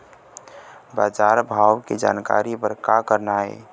बजार भाव के जानकारी बर का करना हे?